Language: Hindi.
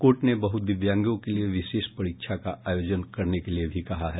कोर्ट ने बहुदिव्यांगों के लिए विशेष परीक्षा का आयोजन करने के लिए भी कहा है